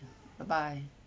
bye bye